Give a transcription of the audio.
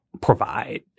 provide